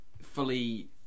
fully